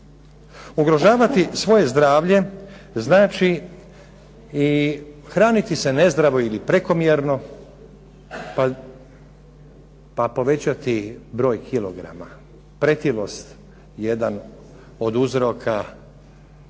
Ugrožavati svoje zdravlje znači i hraniti se nezdravo ili prekomjerno, pa povećati broj kilograma, pretilost jedan od uzroka